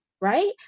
right